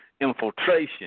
infiltration